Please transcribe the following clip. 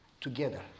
together